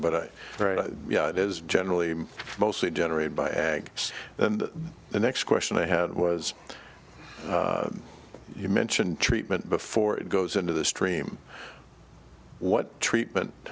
very yeah it is generally mostly generated by ag so the next question i had was you mentioned treatment before it goes into the stream what treatment